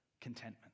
contentment